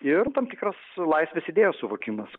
ir tam tikras laisvės idėjos suvokimas